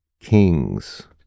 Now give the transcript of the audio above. Kings